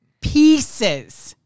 pieces